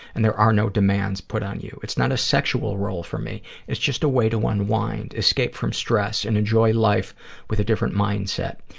and there are no demands put on you. it's not a sexual role for me it's just a way to unwind, escape from stress, and enjoy life with a different mindset.